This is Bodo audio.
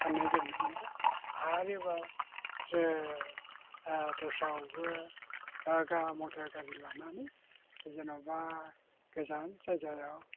गाननो जोमनो मोनबाय आरोबाव दस्रायावबो मथर गारि लानानै जेनेबा गोजान जायगायाव